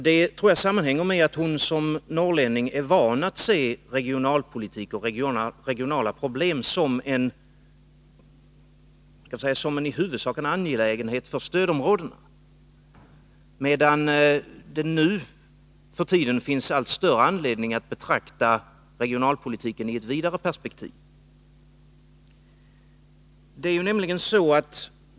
Det tror jag sammanhänger med att hon som norrlänning är van att se regionalpolitik och regionala problem som en angelägenhet i huvudsak för stödområdena, medan det nu för tiden finns allt större anledning att betrakta regionalpolitiken i ett vidare perspektiv.